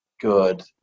good